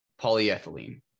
polyethylene